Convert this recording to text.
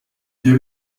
hier